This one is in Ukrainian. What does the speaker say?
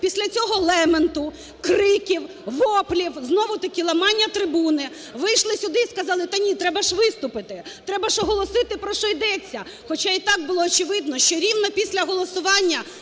Після цього лементу, криків, воплів, знову таки, ламання трибуни вийшли сюди і сказали: та, ні, треба ж виступити, треба ж оголосити, про що йдеться. Хоча і так було очевидно, що рівно після голосування